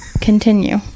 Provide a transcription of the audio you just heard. Continue